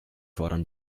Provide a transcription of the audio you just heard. fordern